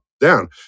down